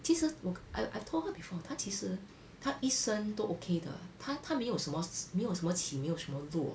其实我 I I told her before 她其实她一生都 okay 的她没有什么没有什么起没有什么落